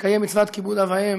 לקיים מצוות כיבוד אב ואם,